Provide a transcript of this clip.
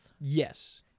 Yes